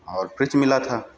और फ़्रिज मिला था